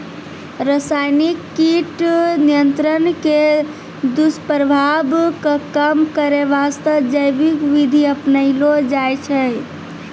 रासायनिक कीट नियंत्रण के दुस्प्रभाव कॅ कम करै वास्तॅ जैविक विधि अपनैलो जाय छै